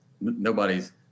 nobody's